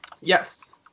Yes